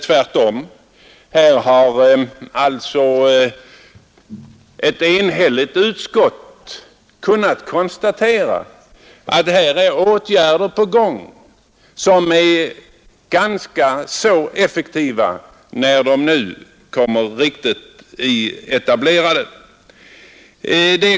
Tvärtom har ett enhälligt utskott kunnat konstatera att här planeras åtgärder som kommer att få ganska stor effekt när de väl blir vidtagna.